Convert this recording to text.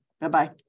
bye-bye